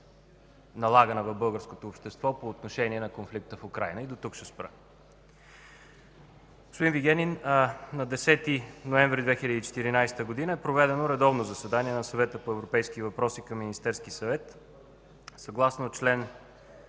налагана в българското общество, по отношение на конфликта в Украйна. И дотук ще спра. Господин Вигенин, на 10 ноември 2014 г. е проведено редовно заседание на Съвета по европейски въпроси към Министерския съвет. Съгласно чл.